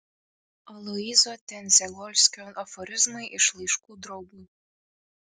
aloyzo tendzegolskio aforizmai iš laiškų draugui